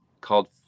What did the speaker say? called